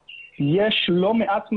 לא מעט מהן,